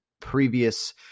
previous